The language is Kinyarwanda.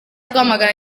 rwamagana